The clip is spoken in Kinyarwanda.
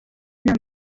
nama